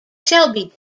shelby